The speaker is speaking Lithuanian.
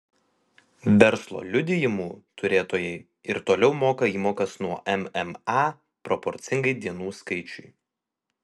verslo liudijimų turėtojai ir toliau moka įmokas nuo mma proporcingai dienų skaičiui